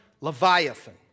leviathan